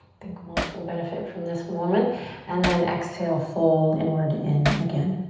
think most will benefit from this moment and then exhale fold inward in again.